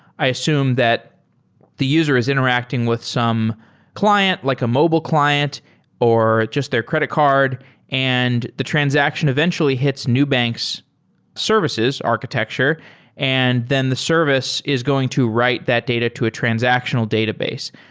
i assume that the user is interacting with some client, like a mobile client or just a credit card and the transaction eventually hits nubank's services architecture and then the service is going to write that data to a transactional database.